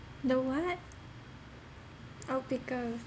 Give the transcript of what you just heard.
the what oh pickles